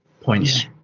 points